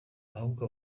ahubwo